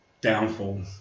downfall